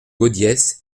gaudiès